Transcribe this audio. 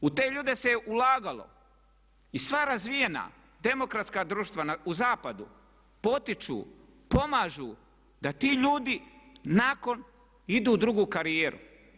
U te ljude se ulagalo i sva razvijena demokratska društva na zapadu potiču, pomažu da ti ljudi nakon idu u drugu karijeru.